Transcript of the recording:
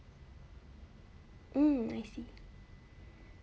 um I see